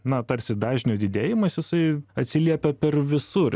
na tarsi dažnio didėjimas jisai atsiliepia per visur